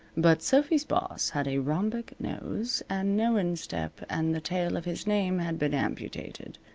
but sophy's boss had a rhombic nose, and no instep, and the tail of his name had been amputated.